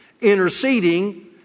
interceding